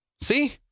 See